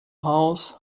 house